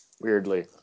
Weirdly